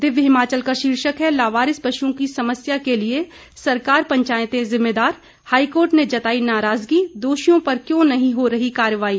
दिव्य हिमाचल का शीर्षक है लावारिस पशुओं की समस्या के लिए सरकार पंचायतें जिम्मेदार हाईकोर्ट ने जताई नाराजगी दोषियों पर क्यों नहीं हो रही कार्रवाही